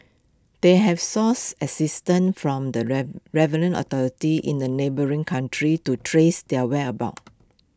they have sours assistance from the relevant authorities in the neighbouring countries to trace his whereabouts